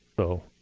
so